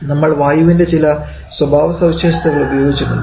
നമ്മൾ വായുവിൻറെ ചില സ്വഭാവസവിശേഷതകൾ ഉപയോഗിച്ചിട്ടുണ്ട്